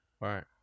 Right